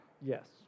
Yes